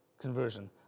conversion